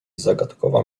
zagadkowa